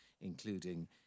including